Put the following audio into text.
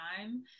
time